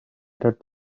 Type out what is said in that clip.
that